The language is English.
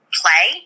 play